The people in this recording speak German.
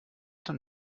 den